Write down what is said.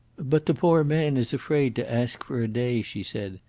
but the poor man is afraid to ask for a day, she said.